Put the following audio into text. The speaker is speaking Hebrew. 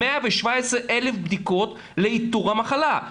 117,000 בדיקות לאיתור המחלה.